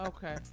Okay